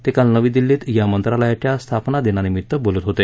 ते काल नवी दिल्लीत या मंत्रालयाच्या स्थापना दिनानिमित्त बोलत होते